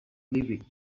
leaving